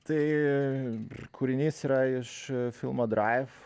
tai kūrinys yra iš filmo drive